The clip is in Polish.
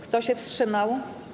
Kto się wstrzymał?